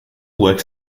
works